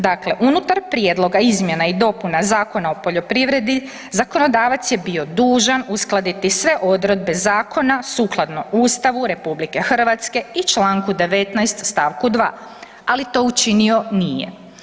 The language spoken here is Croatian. Dakle, unutar prijedloga izmjena i dopuna Zakona o poljoprivredi, zakonodavac je bio dužan uskladiti sve odredbe Zakona sukladno Ustavu Republike Hrvatske i članku 19., stavku 2. ali to učinio nije.